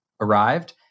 arrived